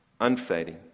unfading